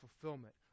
fulfillment